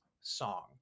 song